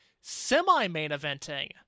semi-main-eventing